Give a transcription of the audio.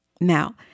Now